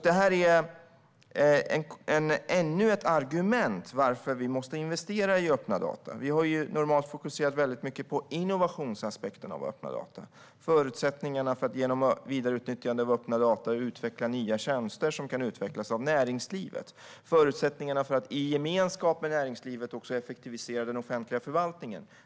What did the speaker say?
Detta är ännu ett argument för att vi måste investera i öppna data. Vi har normalt fokuserat mycket på innovationsaspekterna av öppna data, förutsättningarna att genom vidareutnyttjande av öppna data utveckla nya tjänster som kan utvecklas av näringslivet och förutsättningarna att i gemenskap med näringslivet effektivisera den offentliga förvaltningen.